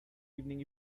evening